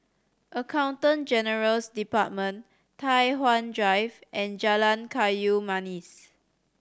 Accountant General's Department Tai Hwan Drive and Jalan Kayu Manis